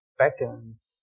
patterns